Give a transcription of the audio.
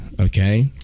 Okay